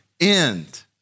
end